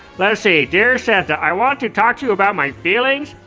let's see dear santa. i want to talk to you about my feelings.